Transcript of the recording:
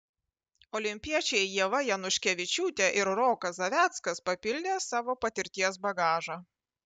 olimpiečiai ieva januškevičiūtė ir rokas zaveckas papildė savo patirties bagažą